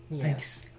Thanks